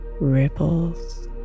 ripples